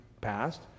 passed